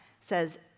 says